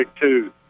two